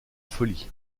folie